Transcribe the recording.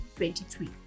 23